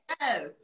yes